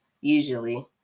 Usually